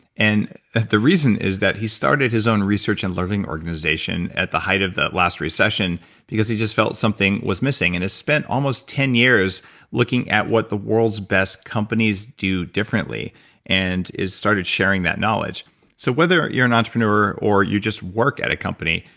and the the reason is that he started his own research and learning organization at the height of the last recession because he just felt something was missing and has spent almost ten years looking at what the world's best companies do differently and has started sharing that knowledge so, whether you're an entrepreneur or you just work at a company,